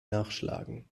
nachschlagen